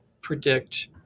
predict